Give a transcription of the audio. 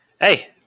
Hey